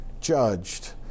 Judged